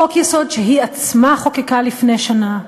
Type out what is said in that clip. חוק-יסוד שהיא עצמה חוקקה לפני שנה.